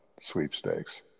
sweepstakes